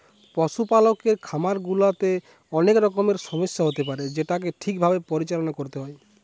পশুপালকের খামার গুলাতে অনেক রকমের সমস্যা হতে পারে যেটোকে ঠিক ভাবে পরিচালনা করতে হয়